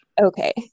Okay